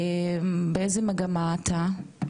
ובאיזה מגמה אתה?